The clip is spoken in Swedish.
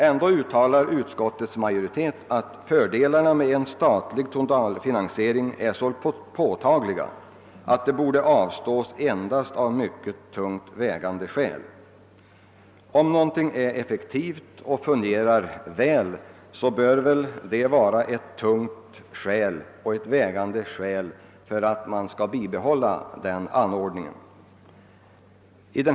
ändå uttalar utskottets majoritet att fördelarna med en statlig totalfinansiering är så påtagliga, att de borde avstås endast av mycket tungt vägande skäl. Om något är effektivt och fungerar väl, bör väl detta vara ett tungt vägande skäl för ett bibehållande av anordningen i fråga.